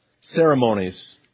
Ceremonies